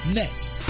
next